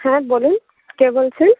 হ্যাঁ বলুন কে বলছেন